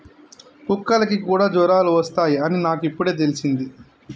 కుక్కలకి కూడా జ్వరాలు వస్తాయ్ అని నాకు ఇప్పుడే తెల్సింది